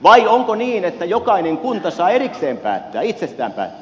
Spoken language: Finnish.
vai onko niin että jokainen kunta saa erikseen päättää itsestään päättää